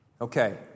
Okay